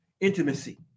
Intimacy